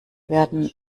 werden